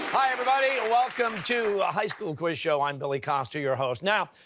hi, everybody. ah welcome to ah high school quiz show. i'm billy costa, your host. now,